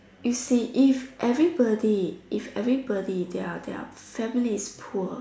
you see if everybody if everybody their their family is poor